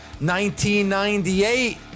1998